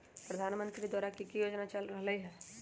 प्रधानमंत्री द्वारा की की योजना चल रहलई ह?